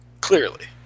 Clearly